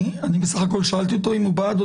אני בסך הכול שאלתי אותו אם הוא בעד או